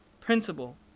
principle